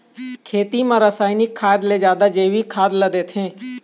खेती म रसायनिक खाद ले जादा जैविक खाद ला देथे